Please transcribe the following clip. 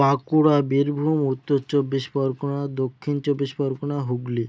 বাঁকুড়া বীরভূম উত্তর চব্বিশ পরগনা দক্ষিণ চব্বিশ পরগনা হুগলি